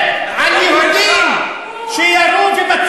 ירה בגב.